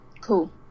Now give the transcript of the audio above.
Cool